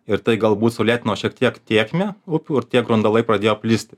ir tai galbūt sulėtino šiek tiek tėkmę upių ir tie grundalai pradėjo plisti